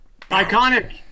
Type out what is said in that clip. iconic